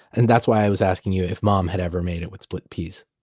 and that's why i was asking you if mom had ever made it with split peas.